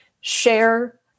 share